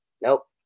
Nope